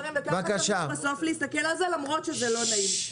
צריך להסתכל על זה למרות שזה לא נעים,